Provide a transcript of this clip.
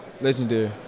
legendary